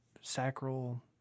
sacral